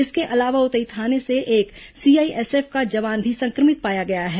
इसके अलावा उतई थाने से एक सीआईएसएफ का जवान भी संक्रमित पाया गया है